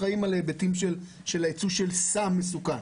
אחראים על היבטים של הייצוא של סם מסוכן.